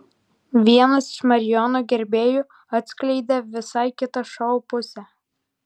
vienas iš marijono gerbėjų atskleidė visai kitą šou pusę